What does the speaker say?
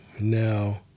Now